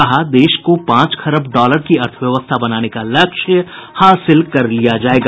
कहा देश को पांच खरब डॉलर की अर्थव्यवस्था बनाने का लक्ष्य हासिल कर लिया जाएगा